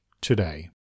today